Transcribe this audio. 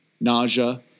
nausea